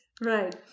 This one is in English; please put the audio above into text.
Right